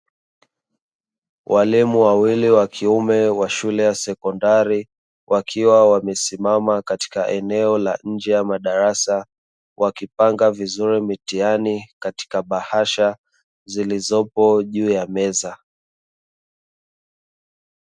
Walimu wawili wa kiume wa shule ya sekondari wakiwa wamesimama katika maeneo ya nje ya madarasa, wakipanga vizuri mitihani katika bahasha zilizopo juu ya meza.